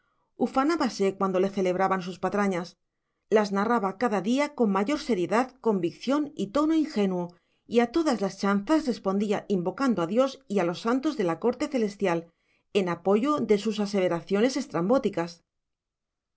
y cigarros ufanábase cuando le celebraban sus patrañas las narraba cada día con mayor seriedad convicción y tono ingenuo y a todas las chanzas respondía invocando a dios y a los santos de la corte celestial en apoyo de sus aseveraciones estrambóticas de